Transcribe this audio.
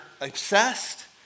obsessed